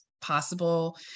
possible